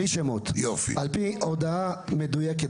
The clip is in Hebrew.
אם הולכים בשיטה הזו,